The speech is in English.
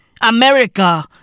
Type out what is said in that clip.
America